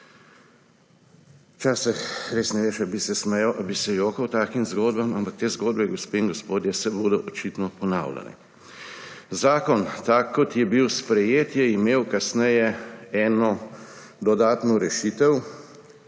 bi se smejal ali bi se jokal takšnim zgodbam, ampak te zgodbe, gospe in gospodje, se bodo očitne ponavljale. Zakon, takšen, kot je bil sprejet, je imel kasneje eno dodatno rešitev,